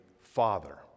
father